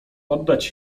oddać